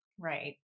Right